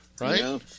Right